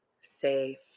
safe